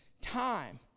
time